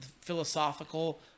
philosophical